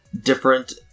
different